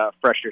fresher